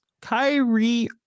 Kyrie